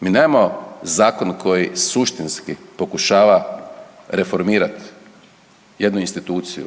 Mi nemamo zakon koji suštinski pokušava reformirat jednu instituciju